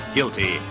Guilty